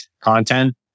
content